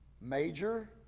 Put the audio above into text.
major